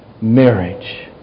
marriage